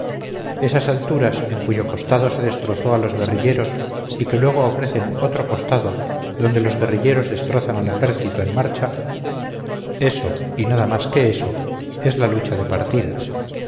esas alturas en cuyo costado se destrozó a los guerrilleros y que luego ofrecen otro costado donde los guerrilleros destrozan al ejército en marcha eso y nada más que eso es la lucha de partidas